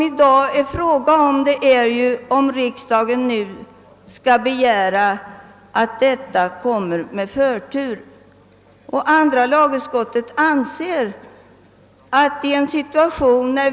I dag är det fråga om huruvida riksdagen nu skall begära att detta avsnitt behandlas med förtur.